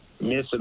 missing